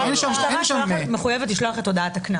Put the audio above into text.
--- המשטרה מחויבת לשלוח את הודעת הקנס.